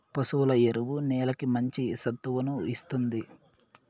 పశువుల ఎరువు నేలకి మంచి సత్తువను ఇస్తుంది